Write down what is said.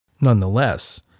Nonetheless